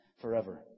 forever